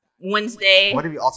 Wednesday